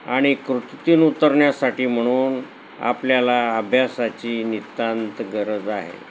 आणि कृतीतून उतरण्यासाठी म्हणून आपल्याला अभ्यासाची नितांत गरज आहे